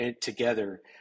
together